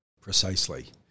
Precisely